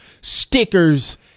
stickers